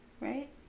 right